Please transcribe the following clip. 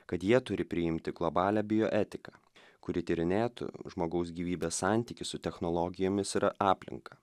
kad jie turi priimti globalią bioetiką kuri tyrinėtų žmogaus gyvybės santykį su technologijomis ir aplinka